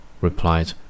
replied